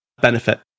benefit